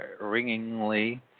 ringingly